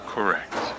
Correct